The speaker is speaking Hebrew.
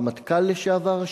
הרמטכ"ל לשעבר,